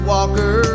Walker